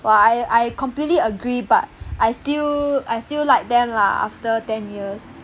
!wah! I completely agree but I still I still like them lah after ten years